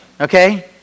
okay